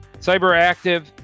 Cyberactive